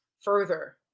further